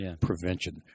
prevention